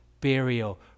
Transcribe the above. burial